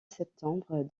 septembre